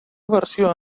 versió